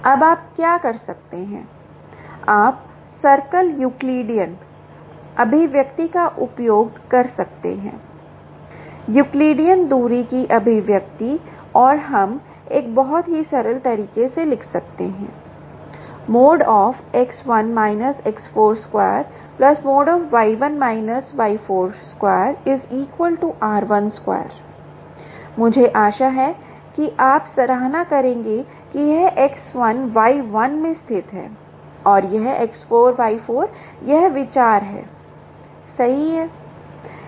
अब आप क्या कर सकते हैं आप सरल यूक्लिडियन अभिव्यक्ति का उपयोग कर सकते हैं यूक्लिडियन दूरी की अभिव्यक्ति और हम एक बहुत ही सरल तरीके से लिख सकते हैं X1 − X4 2Y1 −Y4 2 r12 मुझे आशा है कि आप सराहना करेंगे कि यह X1 Y1 में स्थित है और यह X4 Y4 यह विचार है सही है